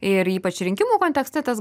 ir ypač rinkimų kontekste tas